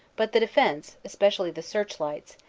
but the defense, especially the search-lights,